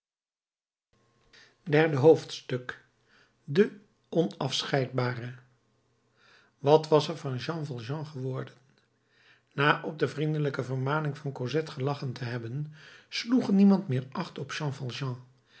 derde hoofdstuk de onafscheidbare wat was er van jean valjean geworden na op de vriendelijke vermaning van cosette gelachen te hebben sloeg niemand meer acht op jean